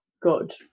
good